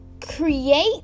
create